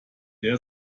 der